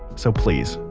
so please,